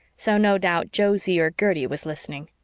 so no doubt josie or gertie was listening.